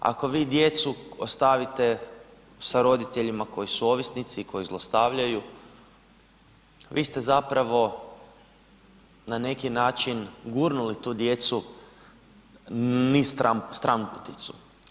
Ako vi djecu ostavite sa roditeljima koji su ovisnici i koji zlostavljaju, vi ste zapravo na neki način gurnuli tu djecu niz stranputicu.